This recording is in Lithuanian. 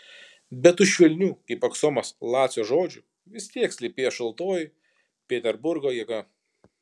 bet už švelnių kaip aksomas lacio žodžių vis tiek slypėjo šaltoji peterburgo jėga